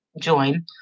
join